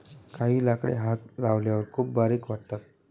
काही लाकडे हात लावल्यावर खूप बारीक वाटतात